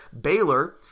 Baylor